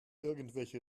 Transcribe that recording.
irgendwelche